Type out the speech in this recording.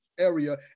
area